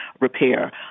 repair